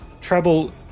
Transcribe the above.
Treble